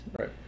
right